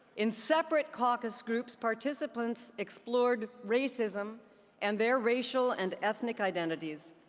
in separate caucus groups, participants explored racism and their racial and ethnic identities,